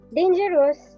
dangerous